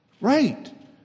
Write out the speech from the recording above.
Right